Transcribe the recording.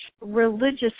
religious